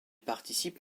participe